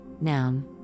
noun